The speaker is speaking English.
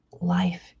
life